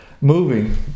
moving